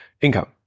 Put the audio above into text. Income